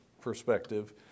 perspective